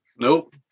Nope